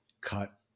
cut